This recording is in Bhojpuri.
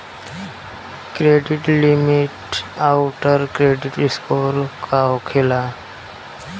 क्रेडिट लिमिट आउर क्रेडिट स्कोर का होखेला?